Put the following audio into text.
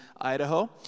Idaho